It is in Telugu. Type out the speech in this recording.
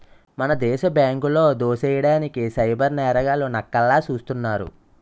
మన దేశ బ్యాంకులో దోసెయ్యడానికి సైబర్ నేరగాళ్లు నక్కల్లా సూస్తున్నారు